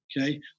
Okay